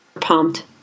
pumped